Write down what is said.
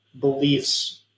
beliefs